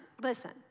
listen